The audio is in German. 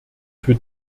für